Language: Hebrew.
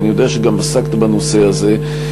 כי אני יודע שגם עסקת בנושא הזה,